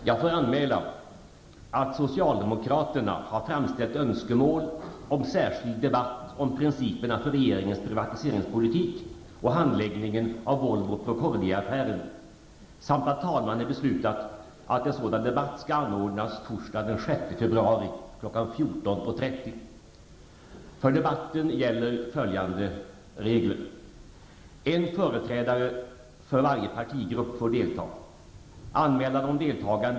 Jag får anmäla att socialdemokraterna har framställt önskemål om särskild debatt om principerna för regeringens privatiseringspolitik och handläggningen av Volvo-Procordiaaffären samt att talmannen beslutat att en sådan debatt skall anordnas på torsdag den 6 februari kl. 14.30. För debatten gäller följande regler. En företrädare för varje partigrupp får delta.